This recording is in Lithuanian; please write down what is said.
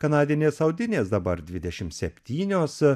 kanadinės audinės dabar dvidešimt septynios